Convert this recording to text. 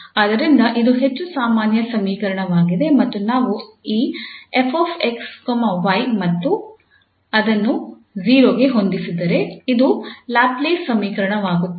ಆದ್ದರಿಂದ ಇದು ಹೆಚ್ಚು ಸಾಮಾನ್ಯ ಸಮೀಕರಣವಾಗಿದೆ ಮತ್ತು ನಾವು ಈ 𝑓𝑥 𝑦 ಅನ್ನು 0 ಕ್ಕೆ ಹೊಂದಿಸಿದರೆಇದು ಲ್ಯಾಪ್ಲೇಸ್ ಸಮೀಕರಣವಾಗುತ್ತದೆ